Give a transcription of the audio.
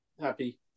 Happy